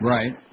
Right